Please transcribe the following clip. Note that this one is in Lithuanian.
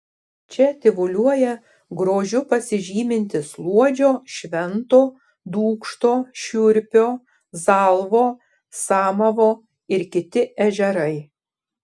čia tyvuliuoja grožiu pasižymintys luodžio švento dūkšto šiurpio zalvo samavo ir kiti ežerai